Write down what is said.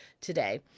today